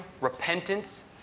repentance